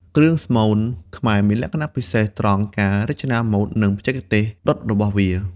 គ្រឿងស្មូន ខ្មែរមានលក្ខណៈពិសេសត្រង់ការរចនាម៉ូដ និងបច្ចេកទេសដុតរបស់វា។